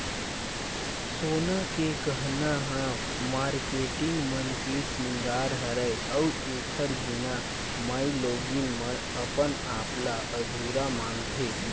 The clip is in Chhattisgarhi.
सोना के गहना ह मारकेटिंग मन के सिंगार हरय अउ एखर बिना माइलोगिन मन अपन आप ल अधुरा मानथे